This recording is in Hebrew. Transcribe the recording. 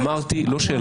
לא שאלה.